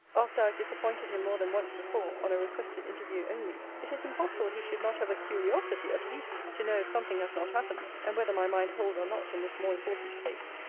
after i have disappointed him more than once before, on a requested interview only, it is impossible he should not have a curiosity at least, to know if something has not happened and whether my mind hold or not in this more important case.